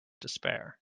despair